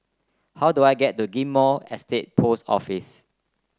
how do I get to Ghim Moh Estate Post Office